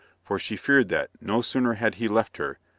for she feared that, no sooner had he left her,